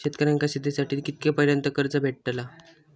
शेतकऱ्यांका शेतीसाठी कितक्या पर्यंत कर्ज भेटताला?